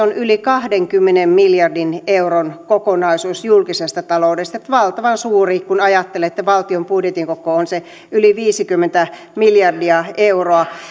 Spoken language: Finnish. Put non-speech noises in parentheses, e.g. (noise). (unintelligible) on yli kahdenkymmenen miljardin euron kokonaisuus julkisesta taloudesta valtavan suuri kun ajattelee että valtion budjetin koko on se yli viisikymmentä miljardia euroa